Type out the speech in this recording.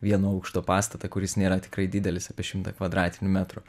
vieno aukšto pastatą kuris nėra tikrai didelis apie šimtą kvadratinių metrų